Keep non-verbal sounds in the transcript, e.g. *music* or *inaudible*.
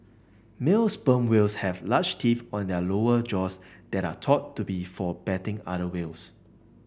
male sperm whales have large teeth on their lower jaws that are thought to be for battling other well *unintelligible*